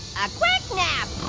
a quick nap.